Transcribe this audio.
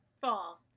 Fall